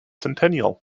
centennial